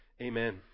Amen